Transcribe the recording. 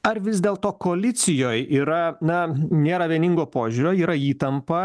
ar vis dėl to koalicijoj yra na nėra vieningo požiūrio yra įtampa